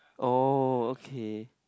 oh okay